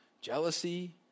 jealousy